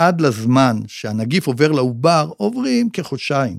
עד לזמן שהנגיף עובר לעובר עוברים כחודשיים.